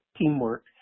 teamwork